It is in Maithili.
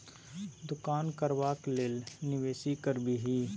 दोकान करबाक लेल निवेश करबिही